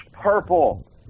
purple